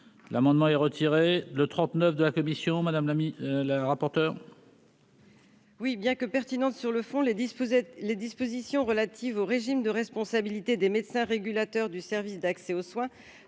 l'amendement est retiré, le trente-neuf de la commission Madame Lamy le rapporteur. Oui, bien que pertinente sur le fond les disposaient les dispositions relatives au régime de responsabilité des médecins régulateurs du service d'accès aux soins